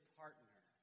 partner